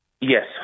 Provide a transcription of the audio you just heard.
Yes